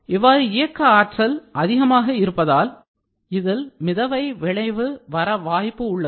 இவ்வாறு இயக்க ஆற்றல் அதிகமாக இருப்பதால் இதில் மிதவை விளைவு வர வாய்ப்பு உள்ளது